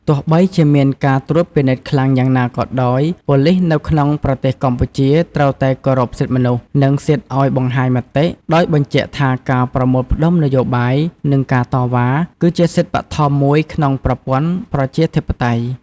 ទោះបីជាមានការត្រួតពិនិត្យខ្លាំងយ៉ាងណាក៏ដោយ ប៉ូលីសនៅក្នុងប្រទេសកម្ពុជា ត្រូវតែគោរពសិទ្ធិមនុស្ស និងសិទ្ធិឲ្យបង្ហាញមតិ ដោយបញ្ជាក់ថាការប្រមូលផ្តុំនយោបាយ និងការតវ៉ា គឺជាសិទ្ធិបឋមមួយក្នុងប្រព័ន្ធប្រជាធិបតេយ្យ។